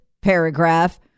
paragraph